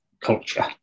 culture